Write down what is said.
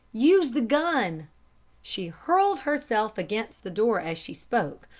use the gun she hurled herself against the door as she spoke,